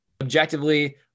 objectively